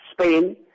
Spain